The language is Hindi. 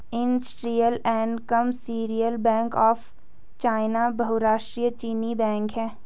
industrial and commercial bank of China बहुराष्ट्रीय चीनी बैंक है